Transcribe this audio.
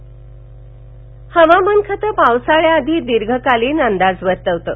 Manson हवामान खातं पावसाळ्या आधी दीर्घकालीन अंदाज वर्तवतं